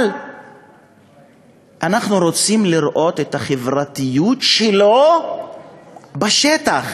אבל אנחנו רוצים לראות את החברתיות שלו בשטח,